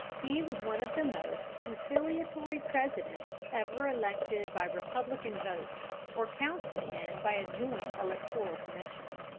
he was one of the most conciliatory presidents ever elected by republican votes or counted in by a joint electoral commission.